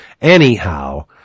Anyhow